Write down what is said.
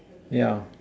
yeah